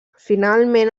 finalment